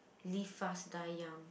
live fast die young